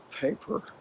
paper